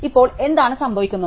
ഇപ്പോൾ എന്താണ് സംഭവിക്കുന്നത്